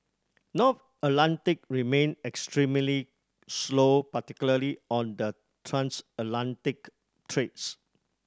North Atlantic remained extremely slow particularly on the transatlantic trades